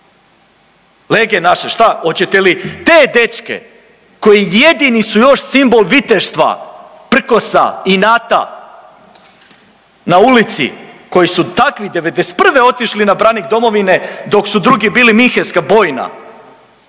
Lege naše, šta? Hoćete li te dečke koji jedini su još simbol viteštva, prkosa, inata na ulici koji su takvi '91. otišli na branik domovine, dok su drugi bili minhenska bojna?